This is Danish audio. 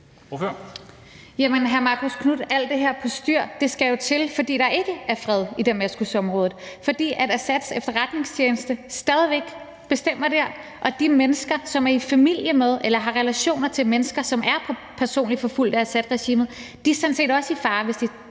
hr. Marcus Knuth, alt det her postyr skal til, fordi der ikke er fred i Damaskusområdet, fordi Assads efterretningstjeneste stadig væk bestemmer der, og de mennesker, som er i familie med eller har relationer til mennesker, som er personligt forfulgt af Assadregimet, er sådan set også i fare, hvis de